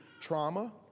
trauma